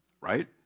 right